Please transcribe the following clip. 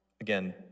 again